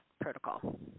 protocol